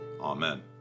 Amen